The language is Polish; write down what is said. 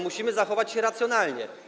Musimy zachować się racjonalnie.